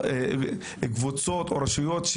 לכך שקבוצות או רשויות,